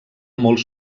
molts